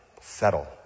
settle